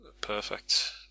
perfect